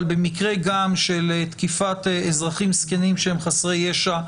אבל במקרה של תקיפת אזרחים זקנים שהם חסרי ישע,